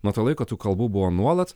nuo to laiko tų kalbų buvo nuolat